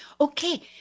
Okay